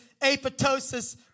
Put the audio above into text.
apoptosis